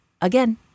again